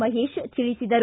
ಮಹೇಶ್ ತಿಳಿಸಿದರು